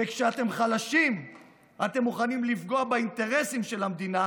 וכשאתם חלשים אתם מוכנים לפגוע באינטרסים של המדינה,